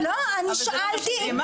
אבל זה לא מה שנאמר.